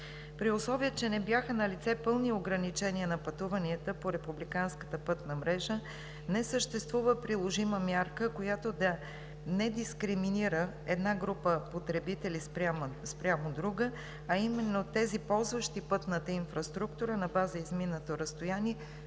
При условие че не бяха налице пълни ограничения на пътуванията по републиканската пътна мрежа не съществува приложима мярка, която да не дискриминира една група потребители спрямо друга, а именно тези, ползващи пътната инфраструктура на база изминато разстояние,